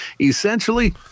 essentially